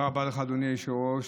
אדוני היושב-ראש.